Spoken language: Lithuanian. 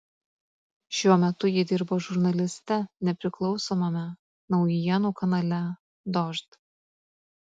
šiuo metu ji dirba žurnaliste nepriklausomame naujienų kanale dožd